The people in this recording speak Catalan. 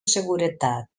seguretat